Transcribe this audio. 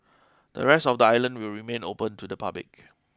the rest of the island will remain open to the public